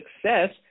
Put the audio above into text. success